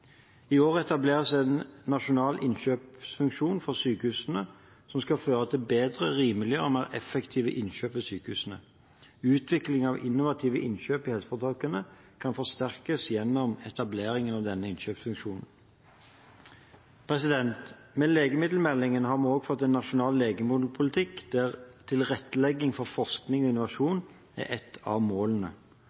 I år etableres en nasjonal innkjøpsfunksjon for sykehusene som skal føre til bedre, rimeligere og mer effektive innkjøp ved sykehusene. Utvikling av innovative innkjøp i helseforetakene kan forsterkes gjennom etablering av denne innkjøpsfunksjonen. Med legemiddelmeldingen har vi også fått en nasjonal legemiddelpolitikk der tilrettelegging for forskning og innovasjon er et av målene.